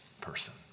person